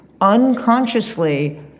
unconsciously